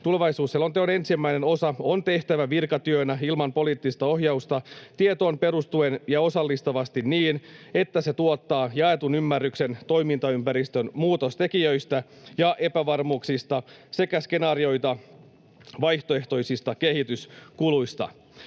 tulevaisuusselonteon ensimmäinen osa on tehtävä virkatyönä ilman poliittista ohjausta tietoon perustuen ja osallistavasti niin, että se tuottaa jaetun ymmärryksen toimintaympäristön muutostekijöistä ja epävarmuuksista sekä skenaarioita vaihtoehtoisista kehityskuluista.